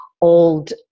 old